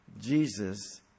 Jesus